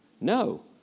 No